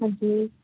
ਹਾਂਜੀ